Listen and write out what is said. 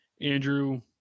Andrew